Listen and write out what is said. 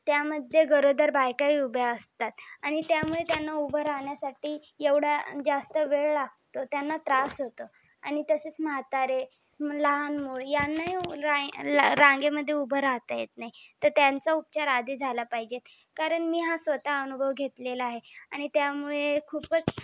त्यामध्ये गरोदर बायका ही उभ्या असतात आणि त्यामुळे त्यांना उभं राहण्यासाठी एवढा जास्त वेळ लागतो त्यांना त्रास होतो आणि तसेच म्हतारे लहान मुल ह्यांनाही रांगेमध्ये उभं राहता येत नाही तर त्यांचा उपचार आधी झाला पाहिजेत कारण मी हा स्वतः अनुभव घेतलेला आहे आणि त्यामुळे खूपच